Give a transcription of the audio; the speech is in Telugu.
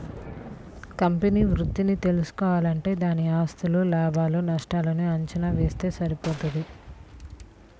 కంపెనీ వృద్ధిని తెల్సుకోవాలంటే దాని ఆస్తులు, లాభాలు నష్టాల్ని అంచనా వేస్తె సరిపోతది